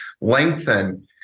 lengthen